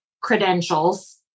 credentials